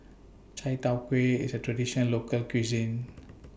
Chai Tow Kway IS A Traditional Local Cuisine